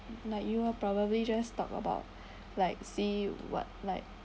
like y'all probably just talk about like see what like